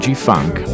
G-Funk